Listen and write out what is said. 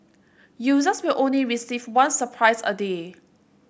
users will only receive one surprise a day